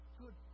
good